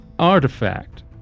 artifact